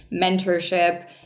mentorship